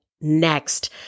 Next